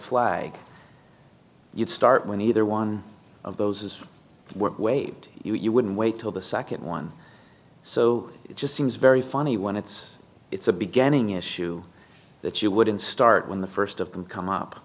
flag you'd start when either one of those is waved you wouldn't wait till the second one so it just seems very funny when it's it's a beginning issue that you wouldn't start when the first of them come up